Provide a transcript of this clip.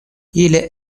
ili